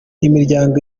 imiryango